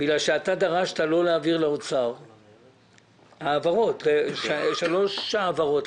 בגלל שאתה דרשת לא להעביר לאוצר שלוש העברות,